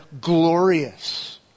glorious